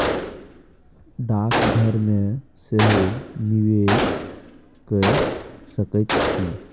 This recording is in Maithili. डाकघर मे सेहो निवेश कए सकैत छी